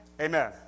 Amen